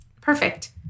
Perfect